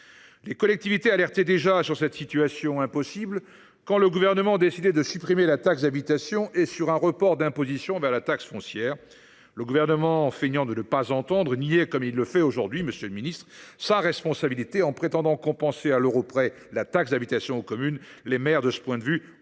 Les collectivités alertaient déjà sur cette situation impossible quand le Gouvernement décidait de supprimer la taxe d’habitation et sur un report d’imposition vers la taxe foncière. Le Gouvernement, feignant de ne pas entendre, niait sa responsabilité – comme il le fait aujourd’hui, monsieur le ministre –, en prétendant compenser à l’euro près la taxe d’habitation aux communes. De ce point de vue, les maires